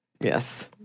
Yes